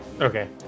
Okay